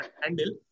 handle